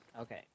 Okay